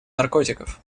наркотиков